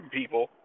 people